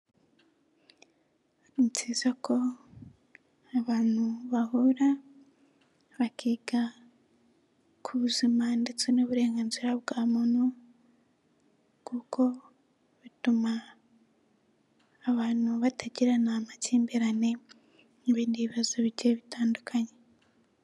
Ni byiza ko abantu bahura bakiga ku buzima ndetse n'uburenganzira bwa muntu, kuko bituma abantu batagirana amakimbirane n'ibindi bibazo bigiye bitandukanye.